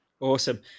Awesome